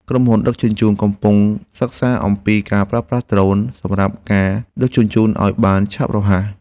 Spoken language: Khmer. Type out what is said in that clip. ក្រុមហ៊ុនដឹកជញ្ជូន កំពុងសិក្សាអំពីការប្រើប្រាស់ដ្រូន សម្រាប់ការដឹកជញ្ជូនឱ្យបានឆាប់រហ័ស។